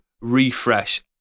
refresh